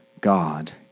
God